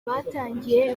batangiye